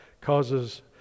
causes